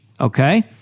okay